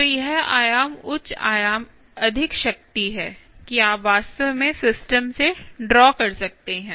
तो यह आयाम उच्च आयाम अधिक शक्ति है कि आप वास्तव में सिस्टम से ड्रा कर सकते हैं